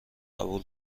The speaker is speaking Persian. قبول